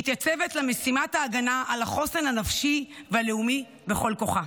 מתייצבת למשימת ההגנה על החוסן הנפשי והלאומי בכל כוחה